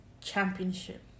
Championship